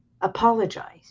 apologize